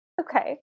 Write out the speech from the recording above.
okay